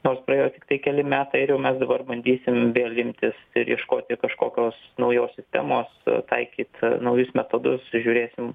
nors praėjo tiktai keli metai ir jau mes dabar bandysim vėl imtis ir ieškoti kažkokios naujos temos taikyt naujus metodus žiūrėsim